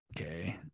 Okay